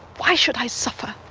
why should i suffer?